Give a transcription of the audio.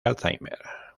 alzheimer